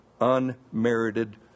unmerited